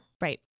Right